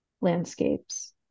landscapes